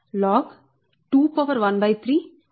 d2d32312